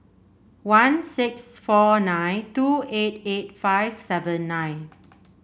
one six four nine two eight eight five seven nine